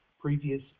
previous